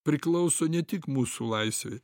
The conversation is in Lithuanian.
priklauso ne tik mūsų laisvei